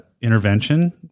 intervention